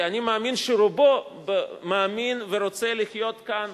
כי אני מאמין שרובו מאמין ורוצה לחיות כאן